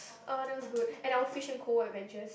uh that was good and our Fish and Co adventures